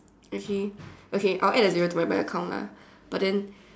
okay okay I'll add a zero to my bank account lah but then